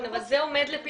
כן, אבל זה עומד לפתחכם.